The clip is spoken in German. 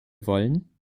wollen